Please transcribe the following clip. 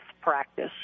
practice